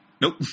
Nope